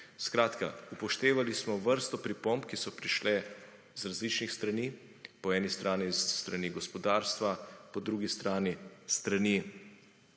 Skratka, upoštevali smo vrsto pripomb, ki so prišle z različnih strani. Po eni strani s strani gospodarstva, po drugi strani s strani